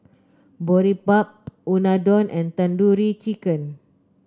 Boribap Unadon and Tandoori Chicken